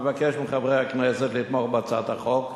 אבקש מחברי הכנסת לתמוך בהצעת החוק.